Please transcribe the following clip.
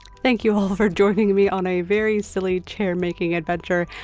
thank you all for joining me on a very silly chair making adventure.